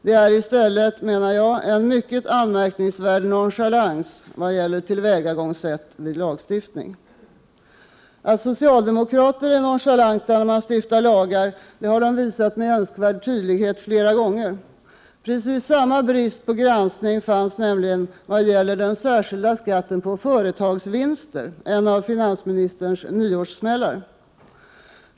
Det är i stället, menar jag, en mycket anmärkningsvärd nonchalans när det gäller tillvägagångssättet vid lagstiftning. Att socialdemokraterna är nonchalanta vid stiftandet av lagar har de visat med önskvärd tydlighet flera gånger. Precis samma brist på granskning fanns nämligen i fråga om den särskilda skatten på företagsvinster, en av finansministerns nyårssmällar.